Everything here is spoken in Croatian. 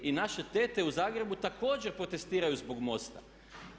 I naše tete u Zagrebu također protestiraju zbog MOST-a.